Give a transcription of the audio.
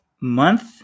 month